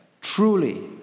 truly